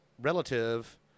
relative